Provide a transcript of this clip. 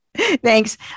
Thanks